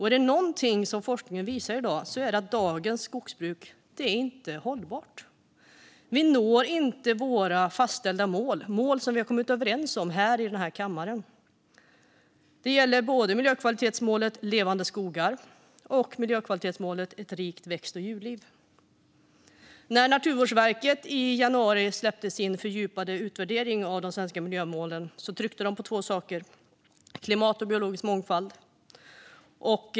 Är det någonting som forskningen visar i dag är det att dagens skogsbruk inte är hållbart. Vi når inte våra fastställda mål - mål som vi har kommit överens om i den här kammaren. Det gäller både miljökvalitetsmålet Levande skogar och miljökvalitetsmålet Ett rikt växt och djurliv. När Naturvårdsverket i januari släppte sin fördjupade utvärdering av de svenska miljömålen tryckte de på två saker: klimat och biologisk mångfald.